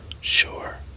Sure